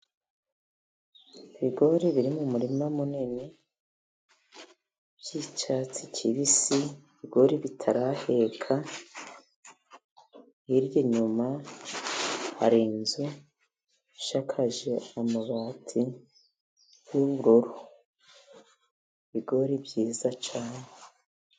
Ibigori biri mu murima munini by'icyatsi kibisi. Ibigori bitaraheka, hirya inyuma hari inzu isakaje amabati y'ubururu. Ibigori byiza cyane.